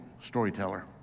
storyteller